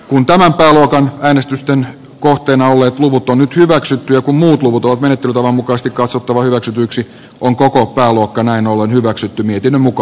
kun tämä pelko äänestysten kohteina olleet luvut on nyt hyväksytty joku muu luovutusmenettelytavan mukaista katsottava hyväksytyksi on koko pääluokkana en ole hyväksytty miten muka